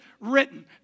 written